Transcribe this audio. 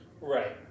Right